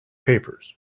papers